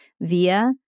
via